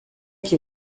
que